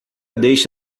deixe